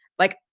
like,